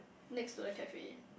next to a cafe